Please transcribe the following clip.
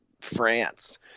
France